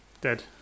dead